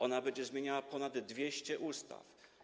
Ona będzie zmieniała ponad 200 ustaw.